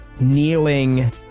kneeling